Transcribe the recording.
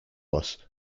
loss